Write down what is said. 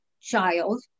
child